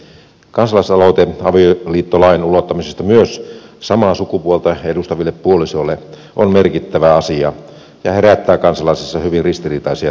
kansalaisaloite avioliittolain ulottamisesta myös samaa sukupuolta edustaviin puolisoihin on merkittävä asia ja herättää kansalaisissa hyvin ristiriitaisia tunteita